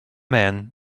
man